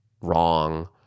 wrong